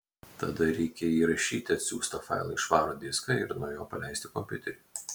tada reikia įrašyti atsiųstą failą į švarų diską ir nuo jo paleisti kompiuterį